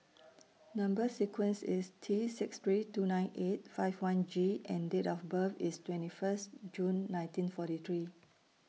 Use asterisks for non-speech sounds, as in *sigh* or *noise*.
*noise* Number sequence IS T six three two nine eight five one G and Date of birth IS twenty First June nineteen forty three